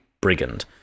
brigand